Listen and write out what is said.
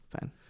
Fine